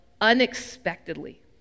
unexpectedly